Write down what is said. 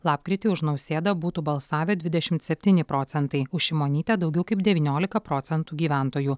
lapkritį už nausėdą būtų balsavę dvidešimt septyni procentai už šimonytę daugiau kaip devyniolika procentų gyventojų